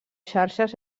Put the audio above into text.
xarxes